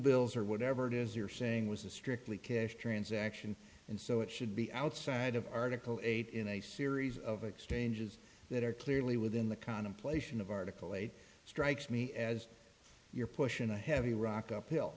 bills or whatever it is you're saying was a strictly cash transaction and so it should be outside of article eight in a series of exchanges that are clearly within the contemplation of article eight strikes me as you're pushing a heavy rock uphill